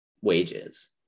wages